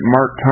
Mark